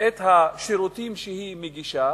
את השירותים שהיא מגישה,